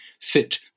fit